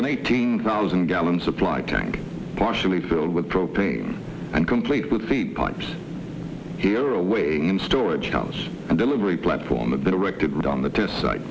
an eighteen thousand gallon supply tank partially filled with propane and complete with the pipes here awaiting storage house and delivery platform that directed on the test site